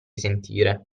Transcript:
sentire